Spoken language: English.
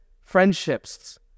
friendships